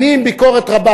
אני עם ביקורת רבה,